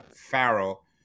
Farrell